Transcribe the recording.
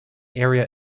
area